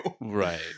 Right